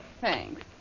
Thanks